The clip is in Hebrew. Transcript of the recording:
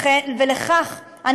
לכן,